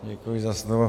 Děkuji za slovo.